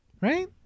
Right